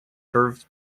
served